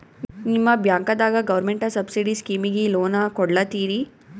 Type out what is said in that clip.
ನಿಮ ಬ್ಯಾಂಕದಾಗ government subsidy ಸ್ಕೀಮಿಗಿ ಲೊನ ಕೊಡ್ಲತ್ತೀರಿ?